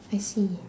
I see